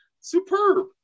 superb